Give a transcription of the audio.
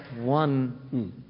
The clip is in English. one